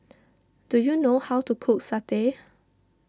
do you know how to cook Satay